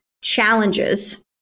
challenges